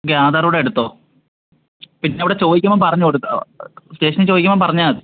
എങ്കിൽ ആധാറുംകൂടെ എടുത്തോ പിന്നെ അവിടെ ചോദിക്കുമ്പം പറഞ്ഞ് കൊടുക്കാം സ്റ്റേഷനിൽ ചോദിക്കുമ്പം പറഞ്ഞാൽ മതി